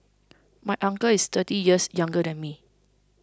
my uncle is thirty years younger than me